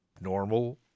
normal